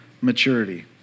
maturity